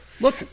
Look